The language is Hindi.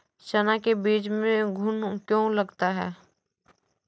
चना के बीज में घुन क्यो लगता है?